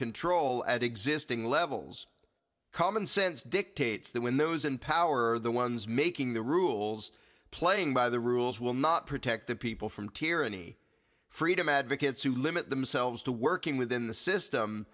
control at existing levels common sense dictates that when those in power are the ones making the rules playing by the rules will not protect the people from tyranny freedom advocates who limit themselves to working within the system